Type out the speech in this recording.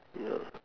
yeah